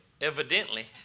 evidently